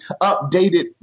updated